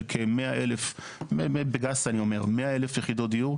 של כ-100,000 יחידות דיור.